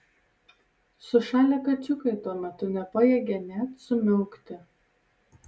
sušalę kačiukai tuo metu nepajėgė net sumiaukti